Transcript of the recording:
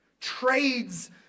trades